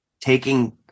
taking